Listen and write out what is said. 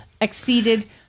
exceeded